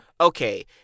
Okay